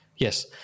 Yes